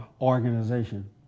organization